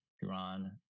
Iran